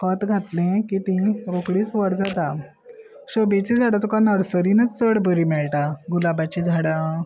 खत घातलें की ती रोखडीच व्हडजाता शोबेची झाडां तुका नर्सरीनच चड बरी मेळटा गुलाबाची झाडां